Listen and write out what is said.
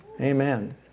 Amen